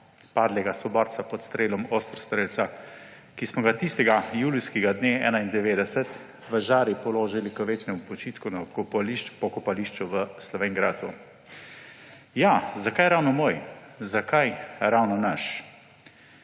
padlega soborca pod strelom ostrostrelca, ki smo ga tistega julijskega dne 1991 v žari položili k večnemu počitku na pokopališču v Slovenj Gradcu. Ja, zakaj ravno moj? Zakaj ravno naš?